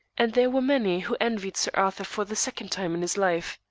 and there were many who envied sir arthur for the second time in his life.